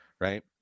Right